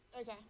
Okay